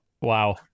Wow